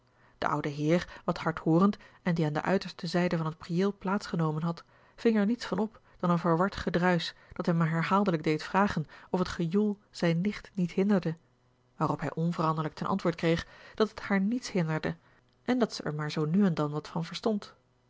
de oude heer wat hardhoorend en die aan de uiterste zijde van het priëel plaats genomen had ving er niets van op dan een verward gedruisch dat hem herhaaldelijk deed vragen of het gejoel zijne nicht niet hinderde waarop hij onveranderlijk ten antwoord kreeg dat het haar niets hinderde en dat zij er maar zoo nu en dan wat van verstond